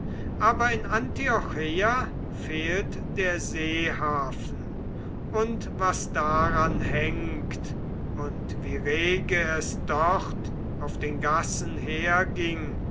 aber in antiocheia fehlt der seehafen und was daran hängt und wie rege es dort auf den gassen herging